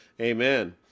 Amen